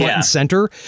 center